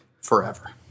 forever